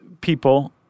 people